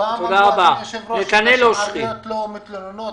נשים ערביות לא מתלוננות,